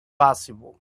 possible